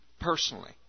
personally